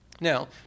Now